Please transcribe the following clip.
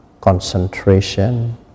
concentration